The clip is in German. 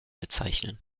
bezeichnen